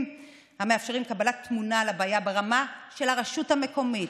המאפשרים קבלת תמונה של הבעיה ברמה של הרשות המקומית,